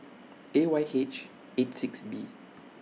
A Y H eight six B